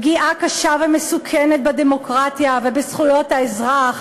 פגיעה קשה ומסוכנת בדמוקרטיה ובזכויות האזרח